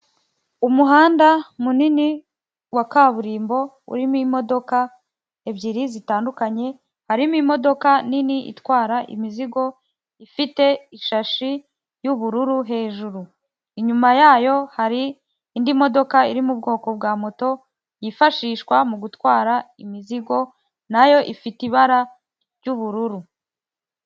Umuhanda munini wa kaburimbo, urimo imodoka ebyiri zitandukanye, harimo imodoka nini itwara imizigo, ifite ishashi y'ubururu hejuru, inyuma yayo, hari indi modoka iri mu bwoko bwa moto, yifashishwa mu gutwara imizigo, na yo ifite ibara ry'ubururu.